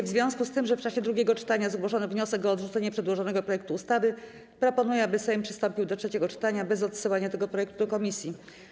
W związku z tym, że w czasie drugiego czytania zgłoszono wniosek o odrzucenie przedłożonego projektu ustawy, proponuję, aby Sejm przystąpił do trzeciego czytania bez odsyłania tego projektu do komisji.